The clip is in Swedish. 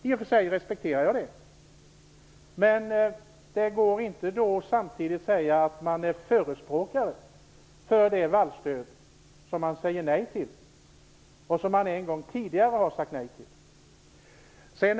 I och för sig respekterar jag det, men det går då inte att samtidigt säga att man är förespråkare för det vallstöd som man säger nej till och som man en gång tidigare har sagt nej till.